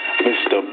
Mr